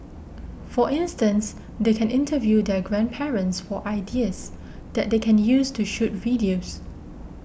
for instance they can interview their grandparents for ideas that they can use to shoot videos